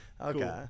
Okay